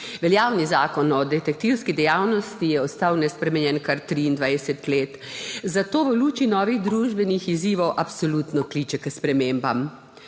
Veljavni Zakon o detektivski dejavnosti je ostal nespremenjen kar 23 let, zato v luči novih družbenih izzivov absolutno kliče k spremembam.